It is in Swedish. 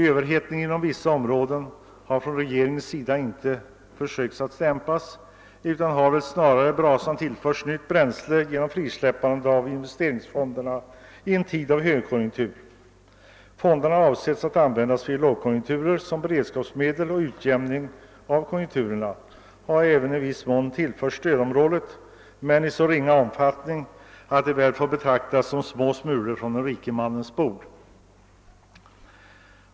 Överhettningen inom vissa områden har man från regeringens sida inte försökt att dämpa, utan snarare har väl brasan tillförts nytt bränsle genom frisläppandet av investeringsfonderna i en tid av högkonjunktur. Fonderna som varit avsedda att användas vid lågkonjunkturer som beredskapsmedel och utjämning av konjunkturerna har även i viss mån tillförts stödområdet men i så ringa omfattning, att det väl får betraktas som små smulor från den rike mannens bord.